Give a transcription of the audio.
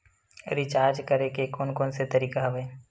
Recharge करे के कोन कोन से तरीका हवय?